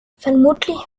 vermutlich